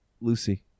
Lucy